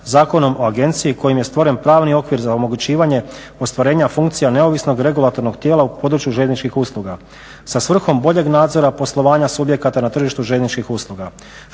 Zakonom o agenciji kojim je stvoren pravni okvir za omogućivanje ostvarenja funkcija neovisnog regulatornog tijela u području željezničkih usluga sa svrhom boljeg nadzora subjekata na tržištu željezničkih usluga